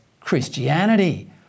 Christianity